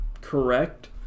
correct